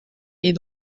est